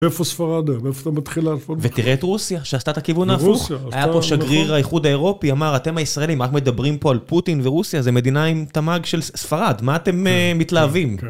איפה ספרד? מאיפה אתה מתחיל להפוך? ותראה את רוסיה, שעשתה את הכיוון ההפוך. היה פה שגריר האיחוד האירופי, אמר, אתם הישראלים, אנחנו מדברים פה על פוטין ורוסיה, זו מדינה עם תמג של ספרד, מה אתם מתלהבים?